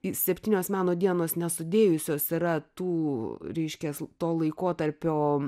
į septynios meno dienos nesudėjusios yra tų reiškias to laikotarpio